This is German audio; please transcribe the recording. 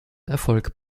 erfolg